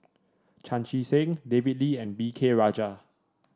Chan Chee Seng David Lee and V K Rajah